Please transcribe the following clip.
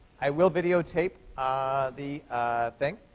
i will videotape the thing.